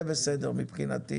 היא בסדר מבחינתי,